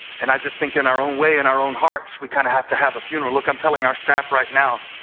and i think in our own way, in our own hearts, we kind of have to have a funeral. i'm telling our staff right now,